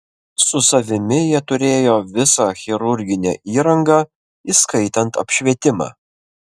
su savimi jie turėjo visą chirurginę įrangą įskaitant apšvietimą